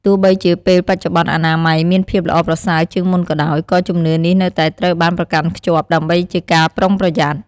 ទោះបីជាពេលបច្ចុប្បន្នអនាម័យមានភាពល្អប្រសើរជាងមុនក៏ដោយ ក៏ជំនឿនេះនៅតែត្រូវបានប្រកាន់ខ្ជាប់ ដើម្បីជាការប្រុងប្រយ័ត្ន។